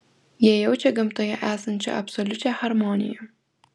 jie jaučia gamtoje esančią absoliučią harmoniją